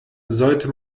sollte